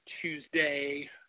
Tuesday